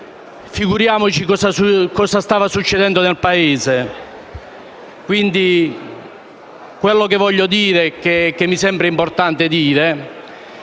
figuriamoci cosa stava succedendo nel Paese.